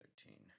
Thirteen